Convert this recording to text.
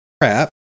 crap